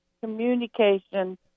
communication